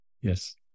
Yes